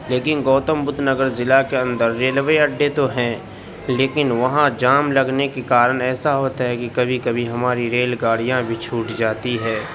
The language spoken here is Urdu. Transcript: لیکن گوتم بدھ نگر ضلع کے اندر ریلوے اڈے تو ہیں لیکن وہاں جام لگنے کے کارن ایسا ہوتا ہے کہ کبھی کبھی ہماری ریل گاڑیاں بھی چھوٹ جاتی ہے